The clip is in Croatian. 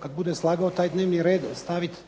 kada bude slagao taj dnevni red staviti